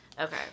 Okay